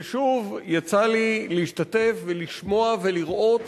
ושוב יצא לי להשתתף ולשמוע ולראות